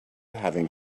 having